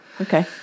Okay